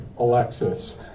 Alexis